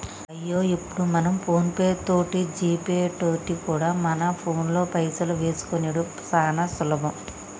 అయ్యో ఇప్పుడు మనం ఫోన్ పే తోటి జీపే తోటి కూడా మన ఫోన్లో పైసలు వేసుకునిడు సానా సులభం